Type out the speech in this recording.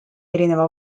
erineva